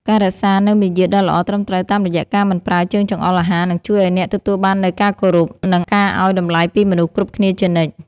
ការរក្សានូវមារយាទដ៏ល្អត្រឹមត្រូវតាមរយៈការមិនប្រើជើងចង្អុលអាហារនឹងជួយឱ្យអ្នកទទួលបាននូវការគោរព និង ការឱ្យតម្លៃពីមនុស្សគ្រប់គ្នាជានិច្ច។